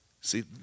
See